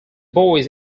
boys